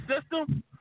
system